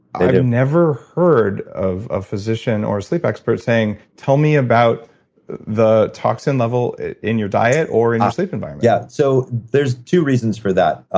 i've never heard of a physician or a sleep expert saying, tell me about the toxin level in your diet or in your sleep environment. yeah. so, there's two reasons for that.